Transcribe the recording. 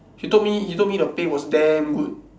he told me he told me the pay was damn good